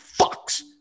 fucks